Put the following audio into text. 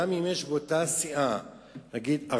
גם אם יש באותה סיעה ארבעה,